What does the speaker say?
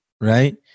right